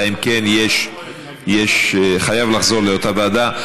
אלא אם כן זה חייב לחזור לאותה ועדה.